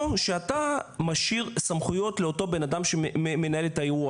שאתה משאיר סמכויות לאותו בן אדם שמנהל את האירוע.